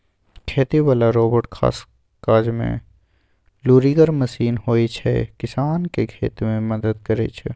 खेती बला रोबोट खास काजमे लुरिगर मशीन होइ छै किसानकेँ खेती मे मदद करय छै